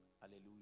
Hallelujah